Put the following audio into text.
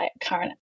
current